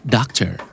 Doctor